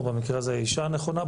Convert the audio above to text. או במקרה הזה האישה הנכונה,